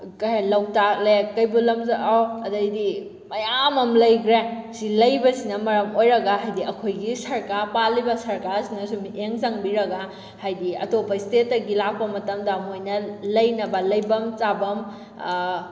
ꯂꯣꯛꯇꯥꯛ ꯂꯦꯛ ꯀꯩꯕꯨꯜ ꯂꯝꯖꯥꯎ ꯑꯗꯩꯗꯤ ꯃꯌꯥꯝ ꯑꯃ ꯂꯩꯈ꯭ꯔꯦ ꯁꯤ ꯂꯩꯕꯁꯤꯅ ꯃꯔꯝ ꯑꯣꯏꯔꯒ ꯍꯥꯏꯗꯤ ꯑꯩꯈꯣꯏꯒꯤ ꯁꯔꯀꯥꯔ ꯄꯥꯜꯂꯤꯕ ꯁꯥꯔꯀꯥꯔꯁꯤꯅꯁꯨ ꯃꯤꯠꯌꯦꯡ ꯆꯪꯕꯤꯔꯒ ꯍꯥꯏꯗꯤ ꯑꯇꯣꯞꯄ ꯏꯁꯇꯦꯠꯇꯒꯤ ꯂꯥꯛꯄ ꯃꯇꯝꯗ ꯃꯣꯏꯅ ꯂꯩꯅꯕ ꯂꯦꯐꯝ ꯆꯥꯐꯝ